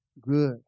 good